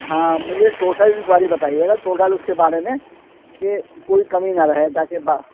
ہاں مجھے total enquiry بتائیے گا ٹوٹل اس کے بارے میں کہ کوئی کمی نہ رہے تاکہ بعد